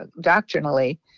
doctrinally